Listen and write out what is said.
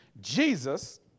Jesus